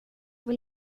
vill